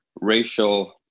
racial